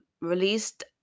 released